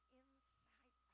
inside